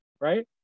right